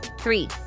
Three